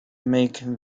make